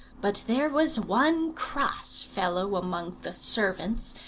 but there was one cross fellow among the servants,